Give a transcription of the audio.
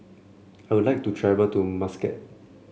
I would like to travel to Muscat